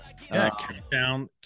Countdown